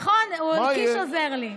נכון, קיש עוזר לי.